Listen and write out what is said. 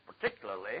particularly